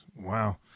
wow